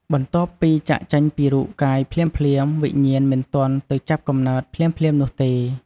បន្ទាប់ពីចាកចេញពីរូបកាយភ្លាមៗ វិញ្ញាណមិនទាន់ទៅចាប់កំណើតភ្លាមៗនោះទេ។